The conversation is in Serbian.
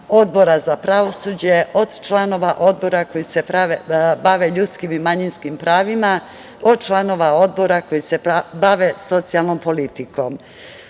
Odbora za pravosuđe, od članova Odbora koji se bave ljudskim i manjinskim pravima, od članova Odbora koji se bave socijalnom politikom. Ono